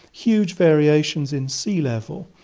huge variations in sea level.